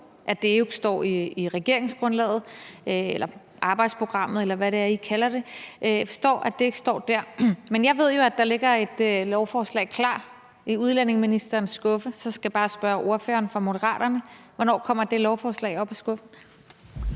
at det ikke står i regeringsgrundlaget, arbejdsprogrammet, eller hvad det er, I kalder det, men jeg ved jo, at der ligger et lovforslag klar i udlændingeministerens skuffe. Så jeg skal bare spørge ordføreren fra Moderaterne: Hvornår kommer det lovforslag op af skuffen?